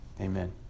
Amen